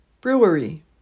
brewery